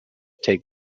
take